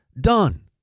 done